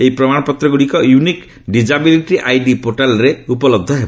ଏହି ପ୍ରମାଣପତ୍ର ଗୁଡ଼ିକ ୟୁନିକ୍ ଡିଜାବିଲିଟି ଆଇଡି ପୋର୍ଟାଲ୍ରେ ଉପଲବ୍ଧ ହେବ